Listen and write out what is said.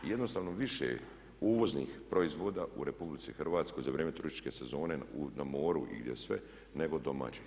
I jednostavno više je uvoznih proizvoda u RH za vrijeme turističke sezone na moru i gdje sve nego domaćih.